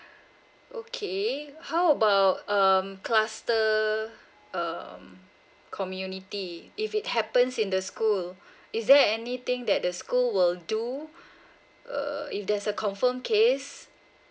okay how about um cluster um community if it happens in the school is there anything that the school will do uh if there's a confirm case